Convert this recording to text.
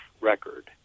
record